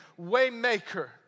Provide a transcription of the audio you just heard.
Waymaker